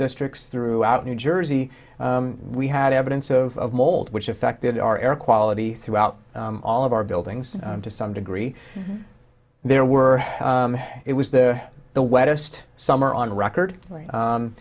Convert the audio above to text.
districts throughout new jersey we had evidence of mold which affected our air quality throughout all of our buildings to some degree there were it was the the wettest summer on record